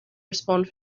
respond